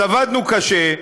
אז עבדנו קשה,